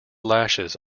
lashes